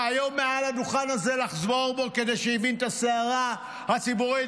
והיום מעל הדוכן הזה לחזור בו כשהבין את הסערה הציבורית,